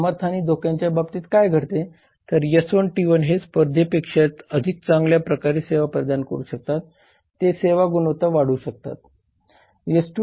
सामर्थ्य आणि धोक्यांच्या बाबतीत काय घडते तर S1 T1 हे स्पर्धेपेक्षा अधिक चांगल्या सेवा प्रदान करू शकतात जे सेवा गुणवत्ता वाढवू शकतात